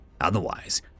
otherwise